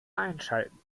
einschalten